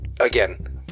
again